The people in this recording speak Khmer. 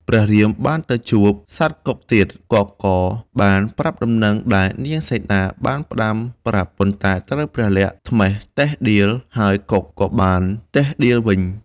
ព្រះរាមបានទៅជួបសត្វកុកទៀត កុកក៏បានប្រាប់ដំណឹងដែលនាងសីតាបានផ្ដាំប្រាប់ ប៉ុន្តែត្រូវព្រះលក្សណ៍ត្មះតិះដៀល ហើយកុកក៏បានតិះដៀលវិញ។